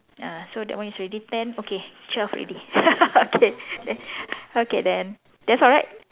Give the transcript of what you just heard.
ah so that one is already ten okay twelve already okay then okay then that's all right